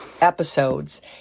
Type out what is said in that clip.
episodes